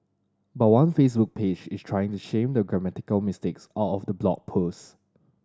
but one Facebook page is trying to shame the grammatical mistakes out of the blog posts